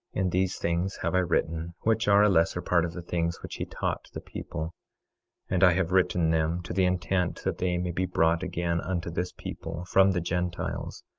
and these things have i written, which are a lesser part of the things which he taught the people and i have written them to the intent that they may be brought again unto this people, from the gentiles,